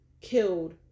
killed